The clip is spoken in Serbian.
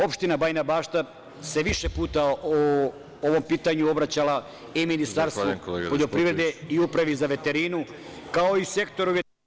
Opština Bajina Bašta se više puta po ovom pitanju obraćala i Ministarstvu poljoprivrede i Upravi za veterinu, kao i Sektoru … (Isključen 0mikrofon.